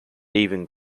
even